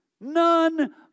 none